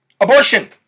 abortion